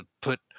put